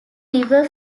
river